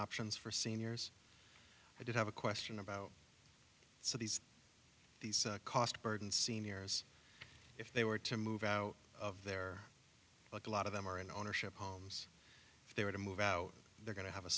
options for seniors i did have a question about so these these cost burden seniors if they were to move out of there like a lot of them are in ownership homes if they were to move out they're going to have a